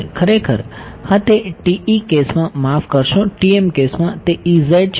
ખરેખર હા તે TE કેસમાં માફ કરશો TM કેસમાં તે છે